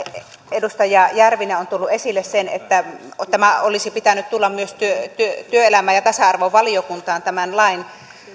edustaja järvinen on tuonut esille sen että tämän lain olisi pitänyt tulla myös työelämä ja tasa arvovaliokuntaan